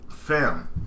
Fam